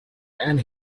and